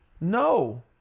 no